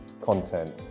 content